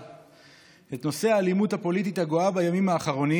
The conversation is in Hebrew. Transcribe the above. את נושא האלימות הפוליטית הגואה בימים האחרונים,